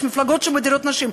יש מפלגות שמדירות נשים,